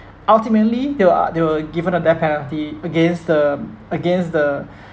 ultimately they uh they were given the death penalty against the against the